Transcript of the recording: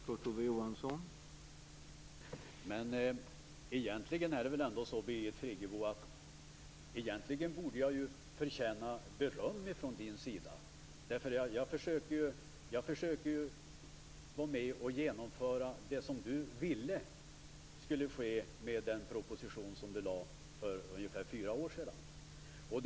Herr talman! Men egentligen, Birgit Friggebo, borde jag förtjäna beröm från din sida. Jag försöker vara med och genomföra det som du ville skulle ske med den proposition du lade fram för ungefär fyra år sedan.